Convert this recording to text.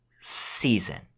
season